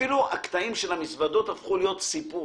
אפילו הקטעים של המזוודות הפכו להיות סיפור.